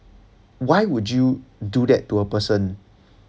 why would you do that to a person